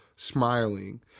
Smiling